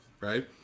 Right